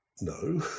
No